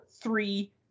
three